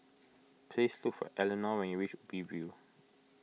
please look for Elinor when you reach Ubi View